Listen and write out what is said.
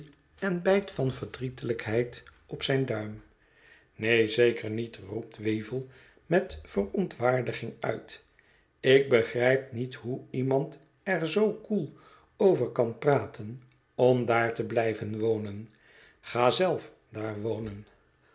en bijt van verdrietelijkheid op zijn duim neen zeker niet roept weevle met verontwaardiging uit ik begrijp niet hoe iemand er zoo koel over kan praten om daar te blijven wonen ga zelf daar wonen